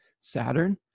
Saturn